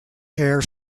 hair